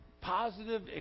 positive